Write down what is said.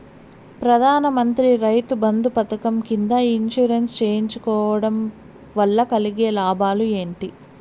ప్రధాన మంత్రి రైతు బంధు పథకం కింద ఇన్సూరెన్సు చేయించుకోవడం కోవడం వల్ల కలిగే లాభాలు ఏంటి?